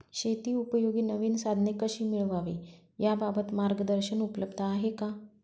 शेतीउपयोगी नवीन साधने कशी मिळवावी याबाबत मार्गदर्शन उपलब्ध आहे का?